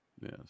Yes